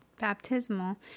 baptismal